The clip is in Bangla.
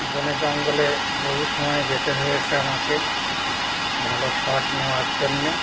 বনে জঙ্গলে বহু সময় যেতে হয়েছে আমাকে ভালো শট নেওয়ার জন্য